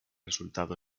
resultado